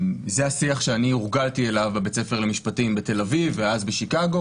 זה השיח שאני הורגלתי אליו בבית ספר למשפטים בתל אביב ואז בשיקגו,